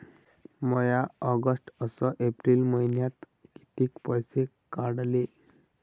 म्या ऑगस्ट अस एप्रिल मइन्यात कितीक पैसे काढले?